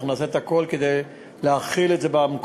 אנחנו נעשה את הכול כדי להכיל את זה במקומות.